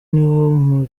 niwo